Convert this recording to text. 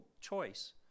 choice